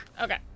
Okay